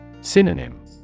Synonym